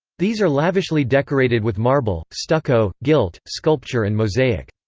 these are lavishly decorated with marble, stucco, gilt, sculpture and mosaic.